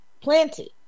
Plenty